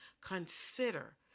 consider